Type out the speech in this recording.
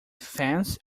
fence